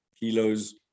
kilos